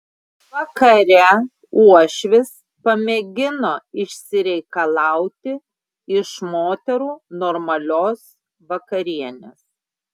vakare uošvis pamėgino išsireikalauti iš moterų normalios vakarienės